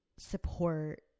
support